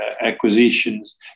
acquisitions